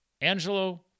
angelo